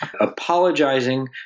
apologizing